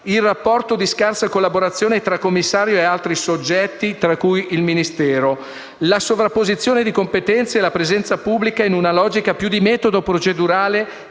il rapporto di scarsa collaborazione tra commissario e altri soggetti, tra cui il Ministero; la sovrapposizione di competenze e la presenza pubblica in una logica più di metodo procedurale